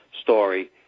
story